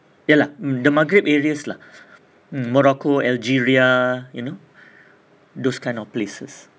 ya lah mm the maghreb areas lah mm morocco algeria you know those kind of places